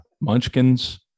Munchkins